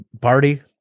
Party